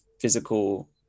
physical